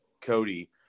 Cody